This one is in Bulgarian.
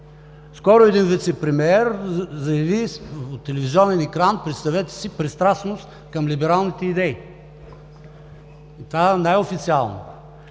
Скоро един вицепремиер заяви от телевизионен екран пристрастност към либералните идеи?! Това най официално.